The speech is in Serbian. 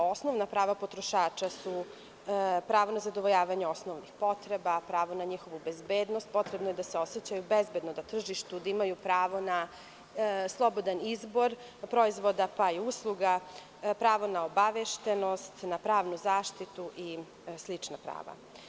To su osnovna prava potrošača, pravo na zadovaljavanje osnovnih potreba, pravo na njihovu bezbednost i potrebno je da se osećaju bezbedno na tržištu, da imaju pravo na slobodan izbor proizvoda, pa i usluga, pravo na obaveštenost, na pravnu zaštitu i slična prava.